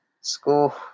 school